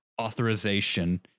authorization